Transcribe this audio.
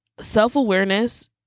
self-awareness